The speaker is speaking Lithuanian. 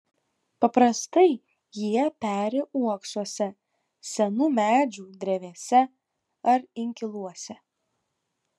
paprastai jie peri uoksuose senų medžių drevėse ar inkiluose